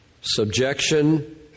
Subjection